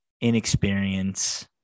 inexperience